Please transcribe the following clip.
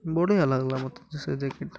ବଢ଼ିଆ ଲାଗଲା ମୋତେ ସେ ଜ୍ୟାକେଟ୍